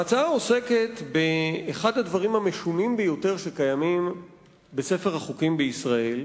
ההצעה עוסקת באחד הדברים המשונים ביותר שקיימים בספר החוקים בישראל,